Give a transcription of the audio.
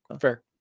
Fair